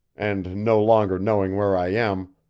and no longer knowing where i am,